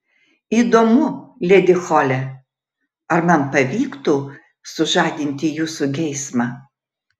įdomu ledi hole ar man pavyktų sužadinti jūsų geismą